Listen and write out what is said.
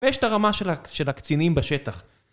ויש את הרמה של הקצינים בשטח.